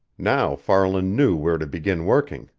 now farland knew where to begin working,